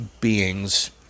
beings